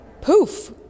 poof